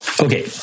okay